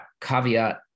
caveat